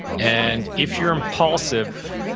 and if you're impulsive,